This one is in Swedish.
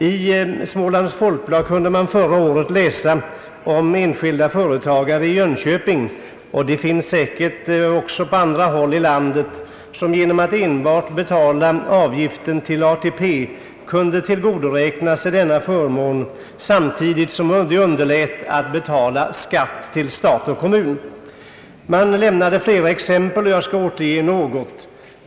I Smålands Folkblad kunde man förra året läsa om enskilda företagare i Jönköping — det förekommer säkert också på andra håll i landet — som enbart genom att betala avgiften till ATP kunde tillgodoräkna sig denna förmån samtidigt som de underlät att betala skatt till stat och kommun. Tidningen lämnade flera exempel. Jag skall återge några.